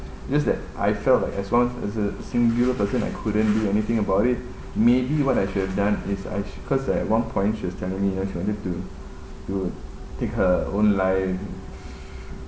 just that I felt like as long as a singular person I couldn't do anything about it maybe what I should have done is I ch~ cause at one point she was telling me ya she wanted to to take her own life